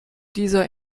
dieser